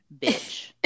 bitch